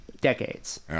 decades